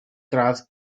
gradd